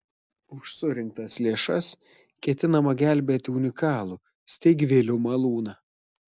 už surinktas lėšas ketinama gelbėti unikalų steigvilių malūną